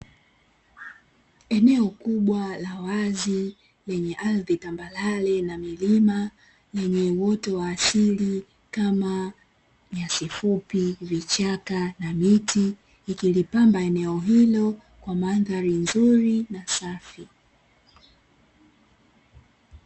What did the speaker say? Eneo kubwa la wazi lenye ardhi tambarare na milima yenye uoto wa asili kama nyasi fupi, vichaka na miti ikilipamba eneo hilo kwa mandhari nzuri na safi.